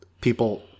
people